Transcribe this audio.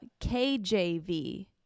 KJV